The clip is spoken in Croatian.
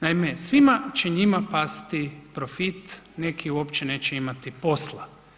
Naime, svima će njima pati profit, neki uopće neće imati posla.